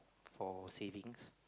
for savings